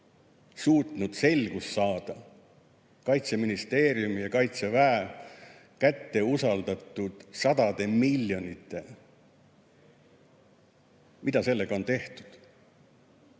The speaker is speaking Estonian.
suutnud selgust saada Kaitseministeeriumi ja Kaitseväe kätte usaldatud sadade miljonite kohta. Mida selle rahaga on tehtud?